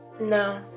No